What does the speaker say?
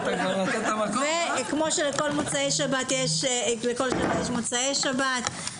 כמו שלכל שבת יש מוצאי שבת,